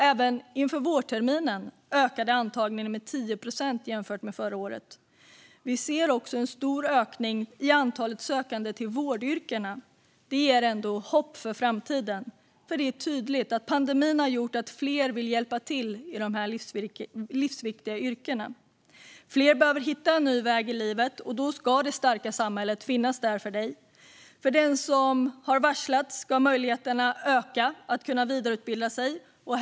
Även inför vårterminen ökade antagningarna med 10 procent jämfört med förra året. Vi ser också en stor ökning i antalet sökande till vårdyrkena. Det ger hopp inför framtiden. Det är tydligt att pandemin har gjort att fler vill hjälpa till i dessa livsviktiga yrken. Fler behöver hitta en ny väg i livet. Då ska det starka samhället finnas till hands. För den som har varslat ska möjligheterna att kunna vidareutbilda sig öka.